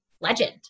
legend